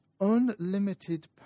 unlimited